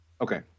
Okay